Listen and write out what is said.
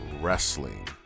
Wrestling